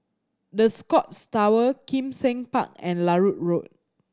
The Scotts Tower Kim Seng Park and Larut Road